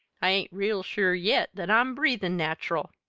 i ain't real sure yet that i'm breathin' natural.